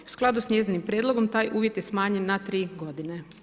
U skladu s njezinim prijedlogom taj uvjet je smanjen na 3 godine.